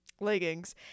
leggings